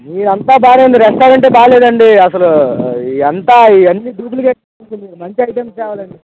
మీదంతా బానేవుంది రెస్టారెంటే బాలేదండి అసలు ఈ అంతా ఇవన్నీ డూప్లికేట్ అండి మంచి ఐటమ్స్ తేవాలండి